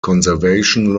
conservation